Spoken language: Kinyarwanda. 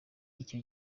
icyo